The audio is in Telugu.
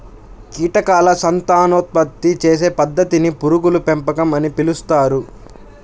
కీటకాల సంతానోత్పత్తి చేసే పద్ధతిని పురుగుల పెంపకం అని పిలుస్తారు